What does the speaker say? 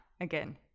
again